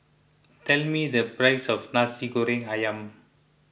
tell me the price of Nasi Goreng Ayam